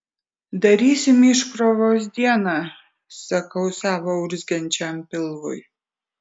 darysim iškrovos dieną sakau savo urzgiančiam pilvui